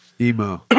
Emo